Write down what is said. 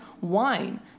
Wine